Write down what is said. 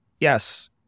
Yes